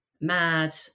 mad